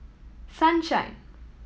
sunshine